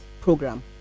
Program